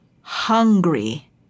hungry